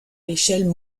échelle